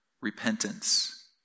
repentance